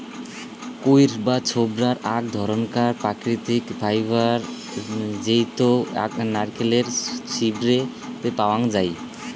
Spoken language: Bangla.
কইর বা ছোবড়া আক ধরণকার প্রাকৃতিক ফাইবার জেইতো নারকেলের ছিবড়ে তে পাওয়াঙ যাই